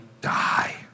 die